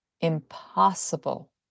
Impossible